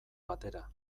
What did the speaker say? batera